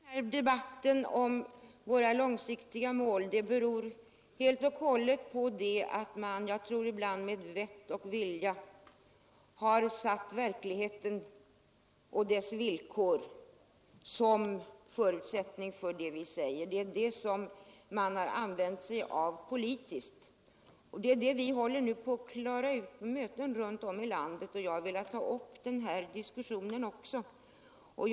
Herr talman! Att jag har tagit upp debatten om våra långsiktiga mål beror helt och hållet på att man — jag tror ibland med vett och vilja — satt verkligheten och dess villkor som en förutsättning för det vi säger. Man har använt sig av detta politiskt. Vi håller på att klara ut detta på möten runt om i landet, och jag har velat ta upp diskussionen även här.